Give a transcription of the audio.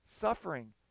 suffering